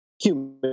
human